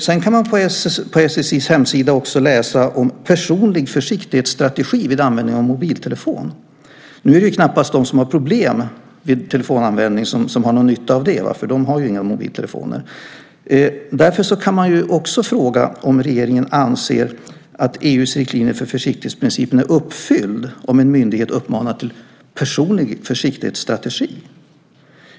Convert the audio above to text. Sedan kan man på SSI:s hemsida också läsa om en personlig försiktighetsstrategi vid användning av mobiltelefon. Nu är det knappast de som har problem vid telefonanvändning som har någon nytta av det, för de har ju inga mobiltelefoner. Därför kan man också fråga om regeringen anser att EU:s riktlinjer för försiktighetsprincipen är uppfyllda om en myndighet uppmanar till en personlig försiktighetsstrategi.